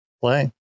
playing